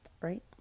Right